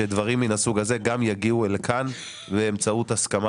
שדברים מן סוג הזה גם יגיעו לכאן באמצעות הסכמה